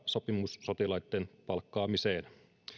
sopimussotilaitten palkkaamiseen